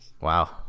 Wow